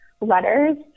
letters